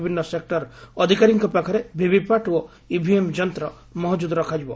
ବିଭିନ୍ନ ସେକୁର ଅଧିକାରୀଙ୍ଙ ପାଖରେ ଭିଭିପାର୍ଟ ଓ ଇଭିଏମ ଯନ୍ତ ମହକୁଦ ରଖାଯିବ